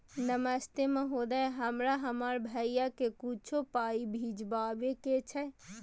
नमस्ते महोदय, हमरा हमर भैया के कुछो पाई भिजवावे के छै?